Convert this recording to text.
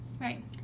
Right